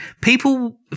People